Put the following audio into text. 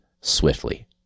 swiftly